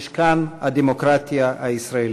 משכן הדמוקרטיה הישראלית.